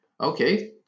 Okay